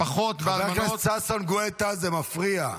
פחות באלמנות -- חבר הכנסת ששון גואטה, זה מפריע.